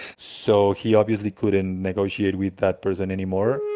so he obviously couldn't negotiate with that person anymore